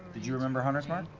did you remember hunter's mark?